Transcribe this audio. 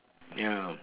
ya